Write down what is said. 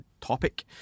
topic